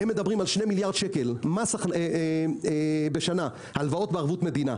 הם מדברים על 2 מיליארד שקל בשנה הלוואות בערבות מדינה.